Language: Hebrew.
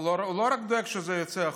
אבל הוא לא רק דואג שזה יצא החוצה,